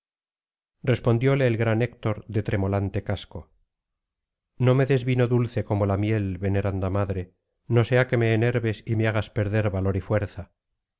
respondióle el gran héctor de tremolante casco no me des vino dulce como la miel veneranda madre no sea que me enerves y me hagas perder valor y fuerza